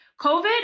COVID